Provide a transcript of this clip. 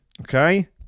Okay